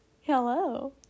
Hello